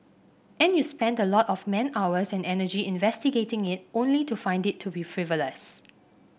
and you spend a lot of man hours and energy investigating it only to find it to be frivolous